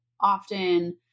often